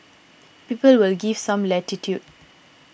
people will give some latitude